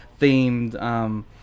themed